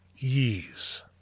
ease